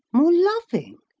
more loving!